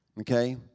Okay